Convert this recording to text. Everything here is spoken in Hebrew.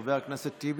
חבר הכנסת טיבי.